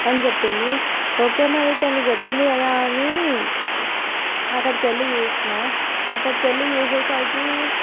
అని చెప్పింది ఓకే మరి తను చెప్పింది కదా అని అక్కడికి వెళ్ళి చూసినా అక్కడికి వెళ్ళి చూసేసరికి